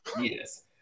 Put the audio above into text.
Yes